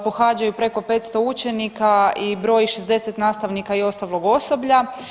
Pohađa ju preko 500 učenika i broji 60 nastavnika i ostalog osoblja.